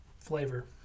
flavor